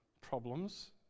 problems